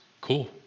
cool